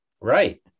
right